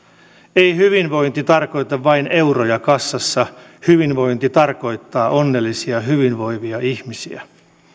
ei hyvinvointi tarkoita vain euroja kassassa hyvinvointi tarkoittaa onnellisia hyvinvoivia ihmisiä